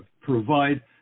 provide